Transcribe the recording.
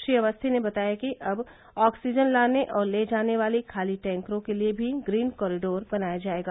श्री अवस्थी ने बताया कि अब ऑक्सीजन लाने और ले जाने वाले खाली टैंकरों के लिये भी ग्रीन कॉरीडोर बनाया जायेगा